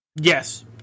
yes